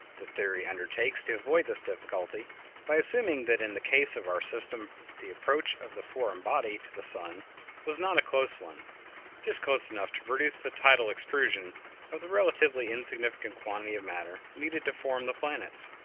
the theory undertakes to avoid this difficulty by assuming that in the case of our system the approach of the foreign body to the sun was not a close one just close enough to produce the tidal extrusion of the relatively insignificant quantity of matter needed to form the planets.